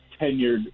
tenured